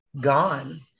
gone